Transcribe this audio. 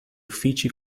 uffici